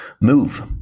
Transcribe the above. move